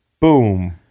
boom